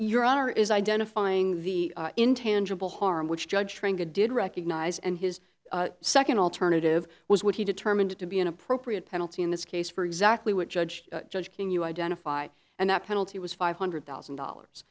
your honor is identifying the intangible harm which judge did recognize and his second alternative was what he determined to be an appropriate penalty in this case for exactly what judge judge can you identify and that penalty was five hundred thousand dollars